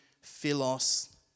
philos